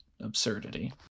Absurdity